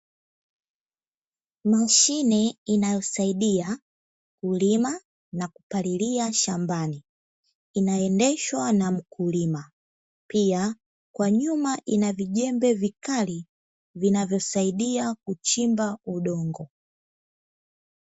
Mashine inayosaidia kulima na kupalilia shambani inaendeshwa na mkulima pia kwa nyuma ina vijembe vikali vinavyosaidia kuchimba udongo.